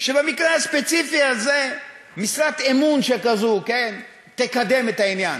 שבמקרה הספציפי הזה משרת אמון שכזו תקדם את העניין,